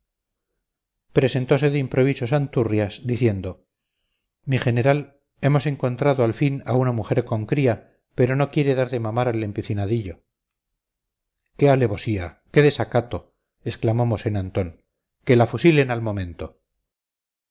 presentose de improviso santurrias diciendo mi general hemos encontrado al fin a una mujer con cría pero no quiere dar de mamar al empecinadillo qué alevosía qué desacato exclamó mosén antón que la fusilen al momento